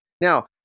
Now